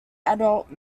adult